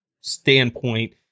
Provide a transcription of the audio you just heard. standpoint